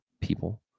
people